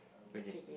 okay